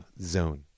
zone